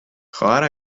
خواهر